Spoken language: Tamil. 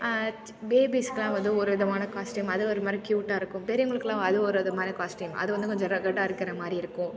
பேபிஸ்க்குலாம் வந்து ஒரு விதமான காஸ்ட்யூம் அது ஒரு மாதிரி கியூட்டாக இருக்கும் பெரியவங்களுக்கெல்லாம் அது ஒரு விதமான காஸ்ட்யூம் அது வந்து கொஞ்சம் ரகடாக இருக்கிறமாரி இருக்கும்